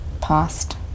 past